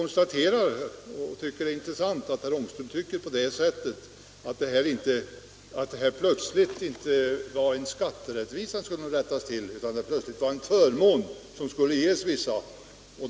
Det är intressant att herr Ångström har uppfattningen att det här inte är fråga om en skatteorättvisa som skall rättas till utan att det plötsligt har blivit en förmån som skall ges till vissa personer.